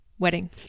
Wedding